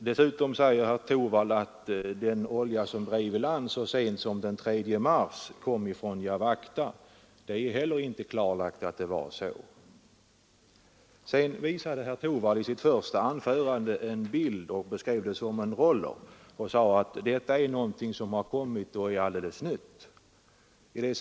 Dessutom säger herr Torwald att den olja som drev i land så sent som den 3 mars kommer från Jawachta. Det är heller inte klarlagt att det var så. I sitt första anförande visade herr Torwald en bild och beskrev en roller. Han sade att detta är någonting alldeles nytt.